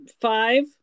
Five